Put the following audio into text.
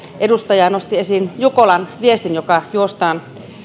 edustaja nosti esiin jukolan viestin joka juostaan